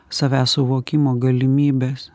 savęs suvokimo galimybes